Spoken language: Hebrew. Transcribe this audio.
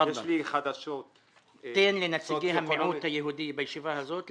ניתן לנציגי המיעוט היהודי בישיבה הזאת לדבר.